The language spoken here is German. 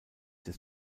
des